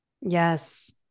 Yes